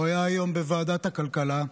הוא היה היום בוועדת הכלכלה,